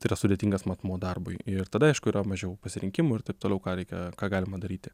tai yra sudėtingas matmuo darbui ir tada aišku yra mažiau pasirinkimų ir taip toliau ką reikia ką galima daryti